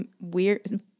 Weird